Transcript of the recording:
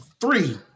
Three